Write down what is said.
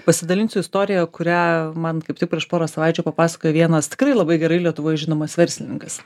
pasidalinsiu istorija kurią man kaip tik prieš porą savaičių papasakojo vienas tikrai labai gerai lietuvoj žinomas verslininkas